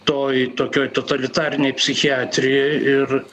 toj tokioj totalitarinėj psichiatrijoj ir